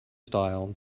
style